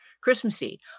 Christmassy